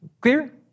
Clear